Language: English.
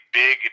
big